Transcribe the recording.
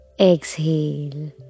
exhale